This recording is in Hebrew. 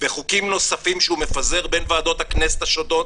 וחוקים נוספים שהוא מפזר בין ועדות הכנסת השונות,